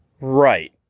Right